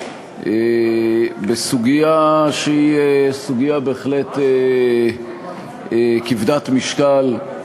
בסוגיה שהיא בהחלט כבדת משקל,